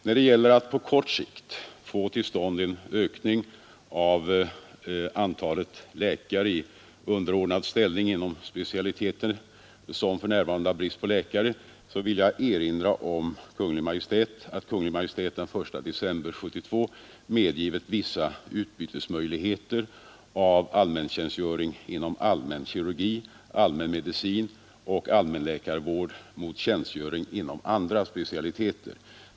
När det gäller att på kort sikt få till stånd en ökning av antalet läkare i underordnad ställning inom specialiteter som för närvarande har brist på läkare vill jag erinra om att Kungl. Maj:t den 1 december 1972 medgivit vissa möjligheter att utbyta allmäntjänstgöring inom allmän kirurgi, allmän medicin och allmän läkarvård mot tjänstgöring inom andra specialiteter.